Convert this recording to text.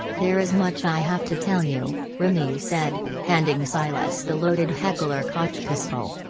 there is much i have to tell you, remy said, handing silas the loaded heckler koch pistol.